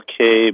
okay